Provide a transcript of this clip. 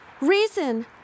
Reason